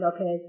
okay